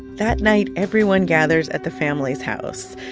that night, everyone gathers at the family's house.